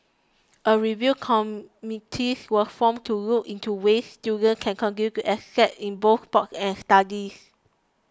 a review committees was formed to look into ways students can continue to excel in both sports and studies